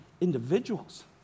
individuals